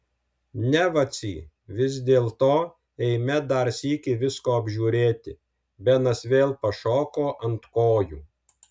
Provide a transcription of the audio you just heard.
ne vacy vis dėlto eime dar sykį visko apžiūrėti benas vėl pašoko ant kojų